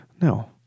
No